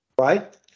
right